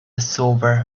sober